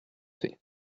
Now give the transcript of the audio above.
fait